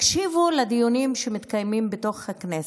תקשיבו לדיונים שמתקיימים בתוך הכנסת,